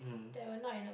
there will not enough